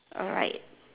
alright